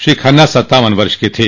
श्री खन्ना सत्तावन वर्ष के थे